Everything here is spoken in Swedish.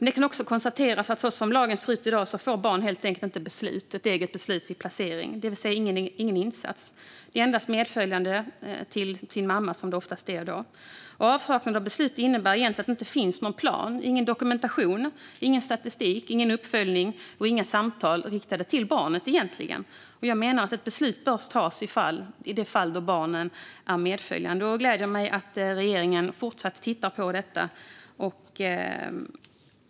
Det kan också konstateras att som lagen ser ut i dag får barn helt enkelt inte ett eget beslut vid placering, det vill säga ingen insats. De är endast medföljande till - oftast - mamman. Avsaknad av beslut innebär egentligen att det inte finns någon plan, dokumentation, statistik eller uppföljning och att det inte finns några samtal riktade till barnet. Jag menar att ett beslut bör tas i de fall då barn är medföljande, och det gläder mig att regeringen fortsatt tittar på detta.